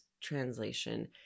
translation